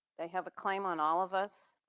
they have a claim on all of us.